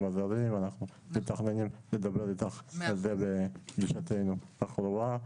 הזרים ואנחנו מתכננים לדבר איתך על זה בפגישתנו הקרובה,